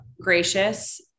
gracious